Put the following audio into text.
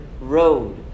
road